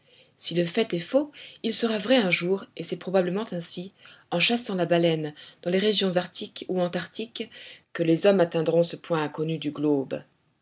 si le fait est faux il sera vrai un jour et c'est probablement ainsi en chassant la baleine dans les régions arctiques ou antarctiques que les hommes atteindront ce point inconnu du globe